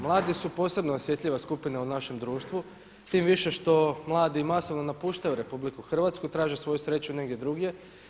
Mladi su posebno osjetljiva skupina u našem društvu tim više što mladi masovno napuštaju RH i traže svoju sreću negdje drugdje.